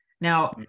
Now